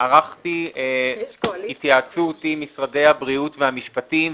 ערכתי התייעצות עם משרד הבריאות ומשרד המשפטים,